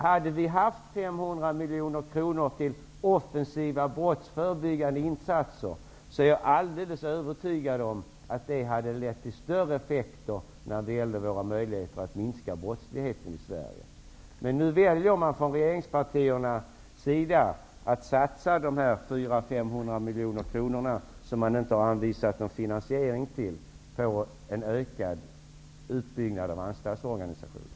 Hade vi haft 500 miljoner kronor till offensiva brottsförebyggande insatser är jag alldeles övertygad om att det hade lett till större effekter på våra möjligheter att minska brottsligheten i Nu väljer regeringspartierna att satsa de 400--500 miljoner kronorna, som man inte har anvisat någon finansiering för, på en ökad utbyggnad av anstaltsorganisationen.